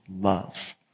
Love